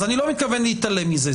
אז אני לא מתכוון להתעלם מזה.